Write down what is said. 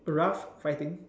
rough fighting